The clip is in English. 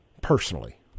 personally